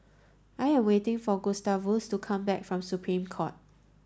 I am waiting for Gustavus to come back from Supreme Court